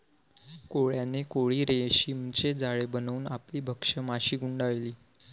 कोळ्याने कोळी रेशीमचे जाळे बनवून आपली भक्ष्य माशी गुंडाळली